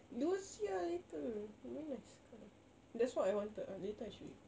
go see ah later very nice colour that's what I wanted ah later I show you